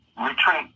retreat